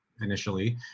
initially